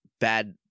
bad